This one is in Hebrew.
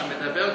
אתה מדבר,